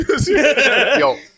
Yo